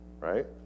right